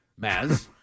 Maz